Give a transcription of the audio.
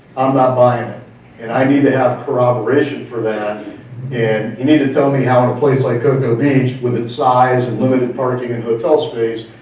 i'm not buying it and i need to have corroboration for that and you need to tell me how a place like cocoa beach, with its size and limited parking and hotel space,